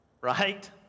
Right